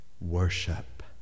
Worship